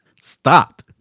stop